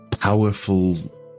powerful